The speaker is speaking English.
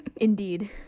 Indeed